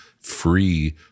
free